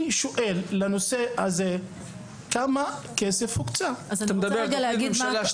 אני שואל כמה כסף הזה הוקצה לנושא הזה?